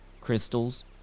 crystals